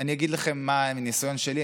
אני אגיד לכם מניסיון שלי,